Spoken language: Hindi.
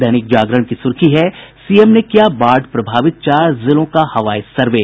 दैनिक जागरण की सुर्खी है सीएम ने किया बाढ़ प्रभावित चार जिलों का हवाई सर्वे